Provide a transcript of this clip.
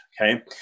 Okay